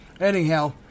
Anyhow